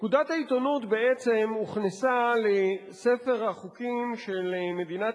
פקודת העיתונות בעצם הוכנסה לספר החוקים של מדינת